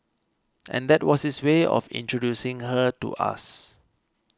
and that was his way of introducing her to us